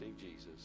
Jesus